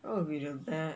what will be a bad